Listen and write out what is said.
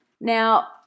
Now